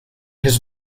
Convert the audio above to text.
his